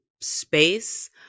space